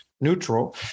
neutral